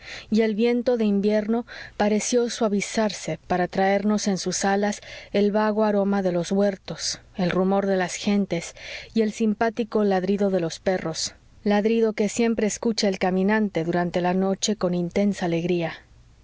y el viento de invierno pareció suavizarse para traernos en sus alas el vago aroma de los huertos el rumor de las gentes y el simpático ladrido de los perros ladrido que siempre escucha el caminante durante la noche con intensa alegría